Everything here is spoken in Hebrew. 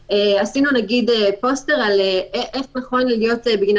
שלמשל עשינו פוסטר על איך נכון להיות בגינה